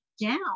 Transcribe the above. down